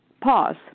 pause